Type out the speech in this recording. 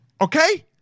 Okay